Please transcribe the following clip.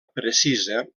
precisa